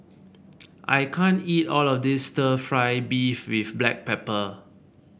I can't eat all of this stir fry beef with Black Pepper